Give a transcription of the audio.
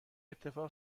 اتفاق